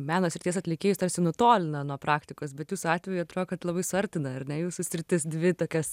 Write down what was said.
meno srities atlikėjus tarsi nutolina nuo praktikos bet jūsų atveju atrodo kad labai suartina ar ne jūsų sritis dvi tokias